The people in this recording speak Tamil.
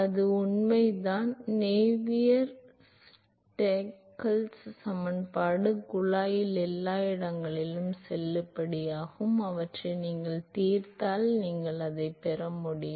அது உண்மைதான் நேவியர் ஸ்டோக்ஸ் சமன்பாடு குழாயில் எல்லா இடங்களிலும் செல்லுபடியாகும் அவற்றை நீங்கள் தீர்த்தால் நீங்கள் அதைப் பெற முடியும்